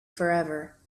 forever